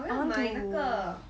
I want to